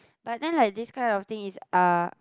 but then like this kind of thing is uh